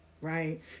right